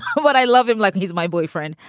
what i love him like he's my boyfriend.